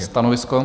Stanovisko?